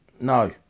no